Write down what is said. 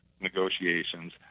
negotiations